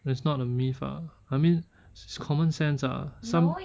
that's not a myth ah I mean it's common sense ah some